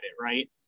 Right